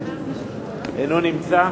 אינו נמצא.